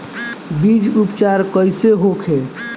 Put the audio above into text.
बीज उपचार कइसे होखे?